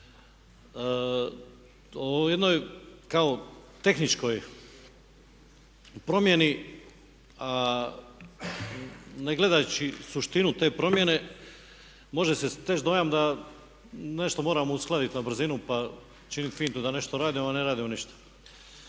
o jednoj kao tehničkoj promjeni ne gledajući suštinu te promjene može se steći dojam da nešto moramo uskladiti na brzinu, pa činit fintu da nešto radimo, a ne radimo ništa.